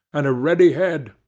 and a ready head,